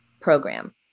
program